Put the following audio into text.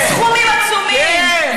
בסכומים עצומים, כן.